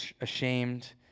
ashamed